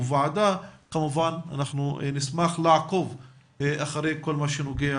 כמובן אנחנו נשמח לעקוב אחרי כל מה שנוגע